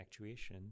actuation